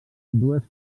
dues